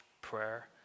prayer